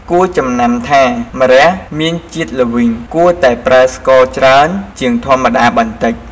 គួរចំណាំថា ម្រះមានរសជាតិល្វីងគួរតែប្រើស្ករច្រើនជាងធម្មតាបន្តិច។